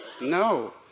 no